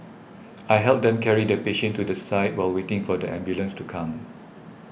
I helped them carry the patient to the side while waiting for the ambulance to come